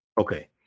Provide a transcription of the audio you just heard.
Okay